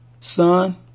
Son